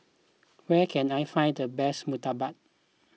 where can I find the best Murtabak